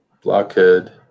Blockhead